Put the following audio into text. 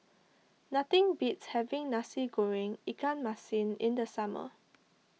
nothing beats having Nasi Goreng Ikan Masin in the summer